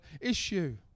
issue